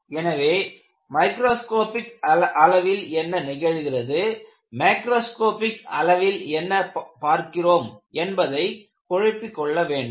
எனவே மைக்ராஸ்கோப்பிக் அளவில் என்ன நிகழ்கிறது மாக்ரோஸ்காபிக் அளவில் என்ன பார்க்கிறோம் என்பதை குழப்பிக்கொள்ள வேண்டாம்